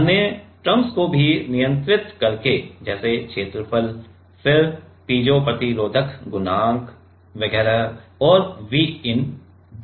अन्य टर्म्स को भी नियंत्रित करके जैसे क्षेत्रफल फिर पीजो प्रतिरोधक गुणांक वगैरह और Vin भी